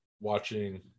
watching